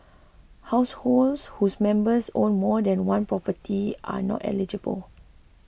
households whose members own more than one property are not eligible